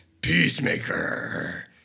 Peacemaker